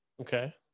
okay